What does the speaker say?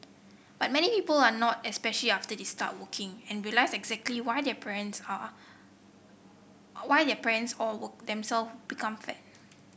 but many people are not especially after they start working and realise exactly why their parents are why their parents or become fat